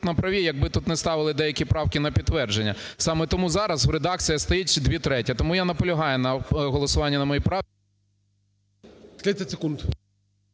праві, якби тут не ставили деякі правки на підтвердження. Саме тому зараз в редакції стоїть ще дві треті. Тому я наполягаю на голосуванні на моїй…. ГОЛОВУЮЧИЙ. 30 секунд.